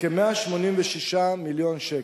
בכ-186 מיליון שקל.